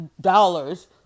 dollars